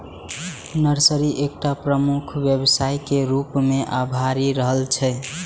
nursery एकटा प्रमुख व्यवसाय के रूप मे अभरि रहल छै